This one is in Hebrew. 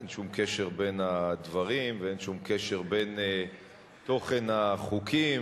אין שום קשר בין הדברים ואין שום קשר בין תוכן החוקים.